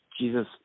Jesus